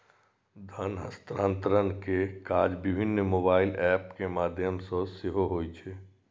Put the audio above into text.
धन हस्तांतरण के काज विभिन्न मोबाइल एप के माध्यम सं सेहो होइ छै